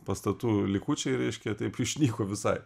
pastatų likučiai reiškia taip išnyko visai